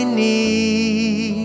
need